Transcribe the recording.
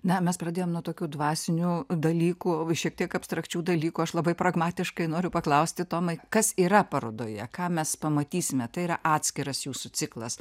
na mes pradėjom nuo tokių dvasinių dalykų šiek tiek abstrakčių dalykų aš labai pragmatiškai noriu paklausti tomai kas yra parodoje ką mes pamatysime tai yra atskiras jūsų ciklas